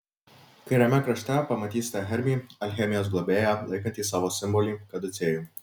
kairiame krašte pamatysite hermį alchemijos globėją laikantį savo simbolį kaducėjų